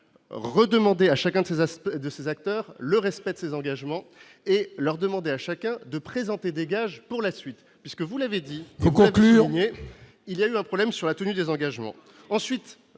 redemander à chacun de ces aspects de ses acteurs, le respect de ses engagements et leur demander à chacun de présenter des gages pour la suite, puisque vous l'avez dit faut conclure mais il y a eu un problème sur la tenue des engagements